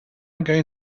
going